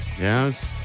Yes